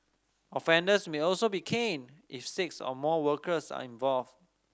offenders may also be caned if six or more workers are involved